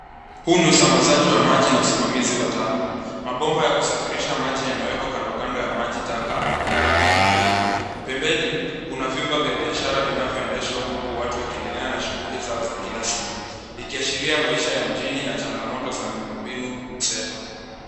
Huu ni usambazaji wa maji na usimamizi wa taka. Mabomba ya kusafirisha maji yamewekwa kando kando ya maji taka karibu na reli. Pembeni kuna vyumba vya biashara vinavyoedeshwa uku watu wakiendelea na shughuli zao za kila siku, ikiashiria maisha ya mjini na changamoto za miundombinu mseto.